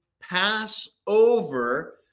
Passover